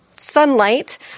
sunlight